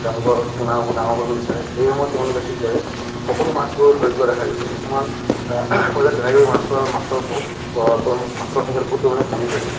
তেওঁলোকৰ পোনাবোৰ ডাঙৰ কৰিব বিচাৰে সেই সময়ত তেওঁলোকে কি কৰে সকলো মাছবোৰ ধৰি পেলোৱা দেখা গৈছে বৰ্তমান পৰ্যায়ত তেনেকৈ মাছৰ মাছৰ বহুত পৰি মাছৰ সংখ্যাটো বহুত পৰিমাণে কমি গৈছে